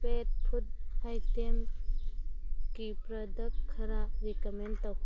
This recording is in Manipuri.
ꯄꯦꯠ ꯐꯨꯠ ꯑꯥꯏꯇꯦꯝꯒꯤ ꯄ꯭ꯔꯗꯛ ꯈꯔ ꯔꯤꯀꯝꯃꯦꯟ ꯇꯧ